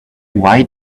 why